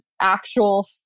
actual